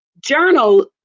journal